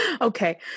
okay